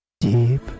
deep